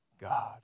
God